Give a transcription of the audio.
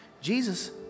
Jesus